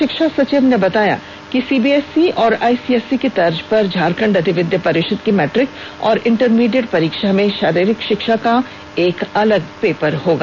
शिक्षा सचिव ने बताया कि सीबीएसई और आईसीएसई की तर्ज पर झारखंड अधिविद्व परिषद की मैट्रिक और इंटरमीडिएट परीक्षा में शारीरिक शिक्षा का एक अलग पेपर होगा